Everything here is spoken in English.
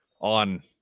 on